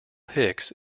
hicks